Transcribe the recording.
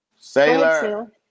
sailor